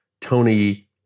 Tony